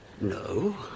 No